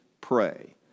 pray